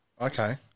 Okay